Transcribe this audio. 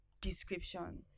description